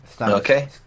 Okay